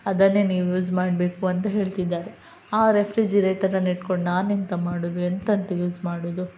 ಅದನ್ನೇ ನೀವು ಯೂಸ್ ಮಾಡಬೇಕು ಅಂತ ಹೇಳ್ತಿದ್ದಾರೆ ಆ ರೆಫ್ರಿಜಿರೇಟರನ್ನು ಇಟ್ಕೊಂಡು ನಾನೆಂತ ಮಾಡುವುದು ಎಂತ ಅಂತ ಯೂಸ್ ಮಾಡುವುದು